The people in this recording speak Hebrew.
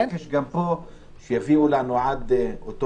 אני מבקש שגם כאן יביאו לנו עד אותו